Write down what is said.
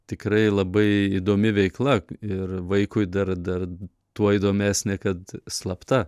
tikrai labai įdomi veikla ir vaikui dar dar tuo įdomesnė kad slapta